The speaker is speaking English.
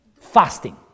fasting